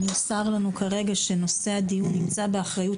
נמסר לנו כרגע ש"נושא הדיון נמצא באחריות